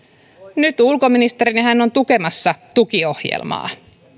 nyt ulkoministerinä hän on tukemassa tukiohjelmaa